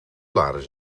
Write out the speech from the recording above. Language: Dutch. blaren